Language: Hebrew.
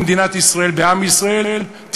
במדינת ישראל,